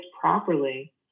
properly